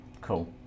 Cool